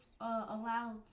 allowed